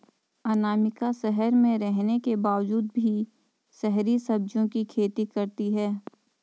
अनामिका शहर में रहने के बावजूद भी शहरी सब्जियों की खेती करती है